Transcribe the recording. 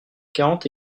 quarante